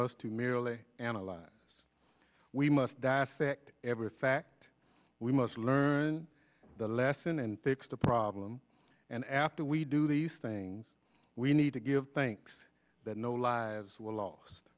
to merely analyze this we must dissect every fact we must learn the lesson and fix the problem and after we do these things we need to give thanks that no lives were lost